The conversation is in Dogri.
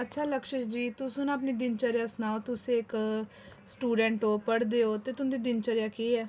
अच्छा लक्ष्य जी तुस अपनी दिनचर्या सनाओ तुस इक स्टूडेंट ओ पढ़दे ओ ते तुंदी दिनचर्या केह् ऐ